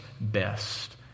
best